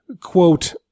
quote